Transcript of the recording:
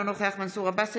אינו נוכח מנסור עבאס,